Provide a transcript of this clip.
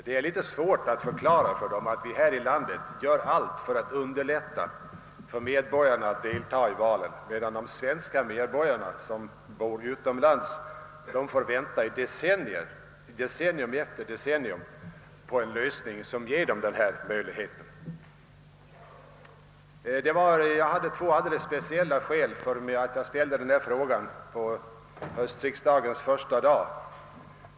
Det är svårt att förklara för dem att vi här i landet gör allt för att underlätta för medborgarna att delta i valen, medan de svenska medborgare som bor utomlands får vänta decennium efter decennium på en lösning som ger dem denna möjlighet. Jag hade emellertid två alldeles speciella skäl för att ställa denna fråga på höstriksdagens första dag.